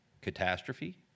catastrophe